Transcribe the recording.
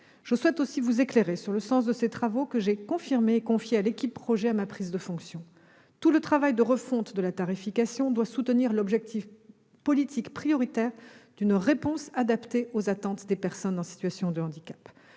Je souhaite aussi vous éclairer sur le sens de ces travaux, que j'ai confirmés et que j'ai confiés à l'équipe « projet » lors de ma prise de fonction. Tout le travail de refonte de la tarification doit soutenir l'objectif politique prioritaire d'une réponse adaptée aux attentes des personnes en situation de handicap.